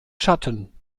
schatten